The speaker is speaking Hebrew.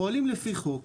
פועלים לפי חוק,